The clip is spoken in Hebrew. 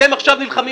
אתם עכשיו נלחמים